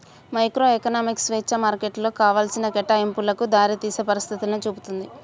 microeconomics స్వేచ్ఛా మార్కెట్లు కావాల్సిన కేటాయింపులకు దారితీసే పరిస్థితులను చూపుతుంది